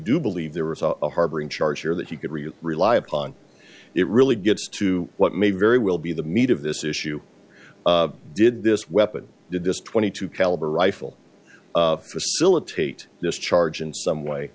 do believe there was a harboring charge here that he could rely upon it really gets to what may very well be the meat of this issue did this weapon did this twenty two caliber rifle facilitate this charge in some way